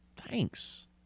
Thanks